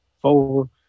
four